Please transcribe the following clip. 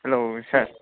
hello sir